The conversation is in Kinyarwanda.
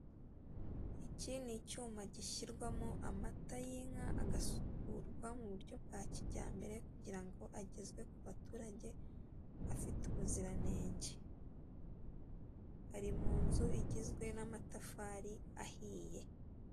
Iki ni icyuma gishyirwamo amata y'inka agasukurwa mu buryo bwa kijyambere kugira ngo agezwe ku baturage afite ubuziranenge, ari mu nzu igizwe n'amatafari ahiye.